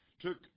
took